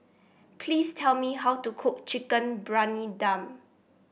please tell me how to cook Chicken Briyani Dum